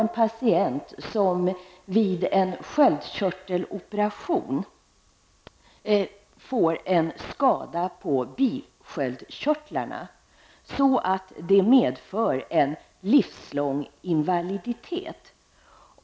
En patient får vid en sköldkörteloperation en skada på bisköldskörtlarna, vilket medför livslång invaliditet.